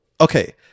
Okay